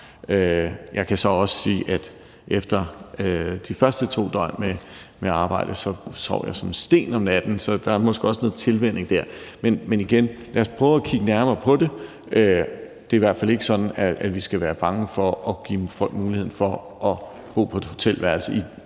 Jeg kan så også sige, at efter de første to døgn med arbejdet sov jeg som en sten om natten, så der er måske også noget med tilvænning der. Men igen: Lad os prøve at kigge nærmere på det. Det er i hvert fald ikke sådan, at vi skal være bange for at give folk muligheden for at bo på et hotelværelse, hvis